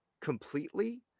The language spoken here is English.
completely